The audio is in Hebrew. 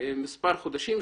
מספר חודשים.